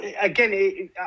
again